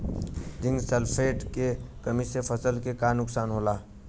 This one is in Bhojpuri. जिंक सल्फेट के कमी से फसल के का नुकसान होला?